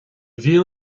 bhíonn